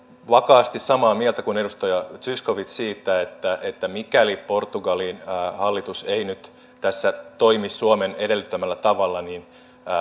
vakaasti samaa mieltä kuin edustaja zyskowicz siitä että että mikäli portugalin hallitus ei nyt tässä toimi suomen edellyttämällä tavalla niin